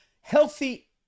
healthy